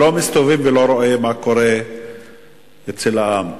לא מסתובבים ולא רואים מה קורה אצל העם.